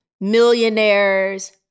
millionaires